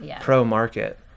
pro-market